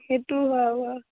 সেইটো হয় বাৰু